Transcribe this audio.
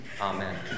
amen